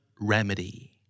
remedy